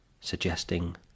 suggesting